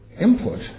input